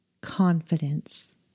confidence